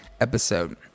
episode